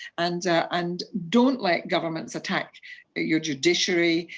and and don't let governments attack your judiciary,